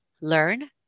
learn